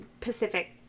Pacific